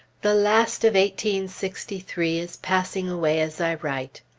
the last of eighteen sixty-three is passing away as i write.